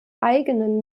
eigenen